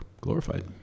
glorified